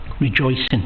Rejoicing